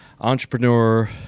entrepreneur